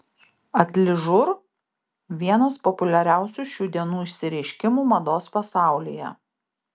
atližur vienas populiariausių šių dienų išsireiškimų mados pasaulyje